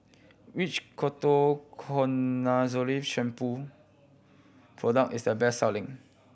which Ketoconazole Shampoo product is the best selling